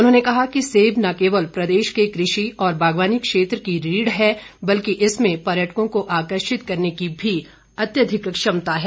उन्होंने कहा कि सेब न केवल प्रदेश के कृषि और बागवानी क्षेत्र की रीढ़ है बल्कि इसमें पर्यटकों को आकर्षित करने की भी अत्यधिक क्षमता है